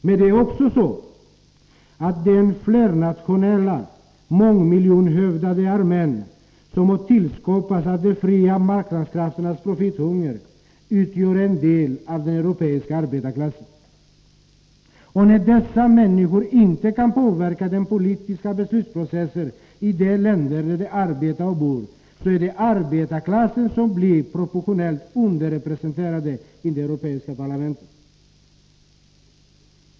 Men det är också så att den flernationella, mångmiljonhövdade armén, som har tillskapats av de fria marknadskrafternas profithunger, utgör en del av den europeiska arbetarklassen. Och när dessa människor inte kan påverka den politiska beslutsprocessen i de länder där de arbetar och bor, så är det arbetarklassen som blir proportionellt underrepresenterad i de europeiska parlamenten.